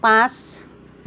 পাঁচ